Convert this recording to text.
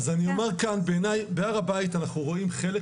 אז אני אומר כאן שבהר הבית אנחנו רואים חלק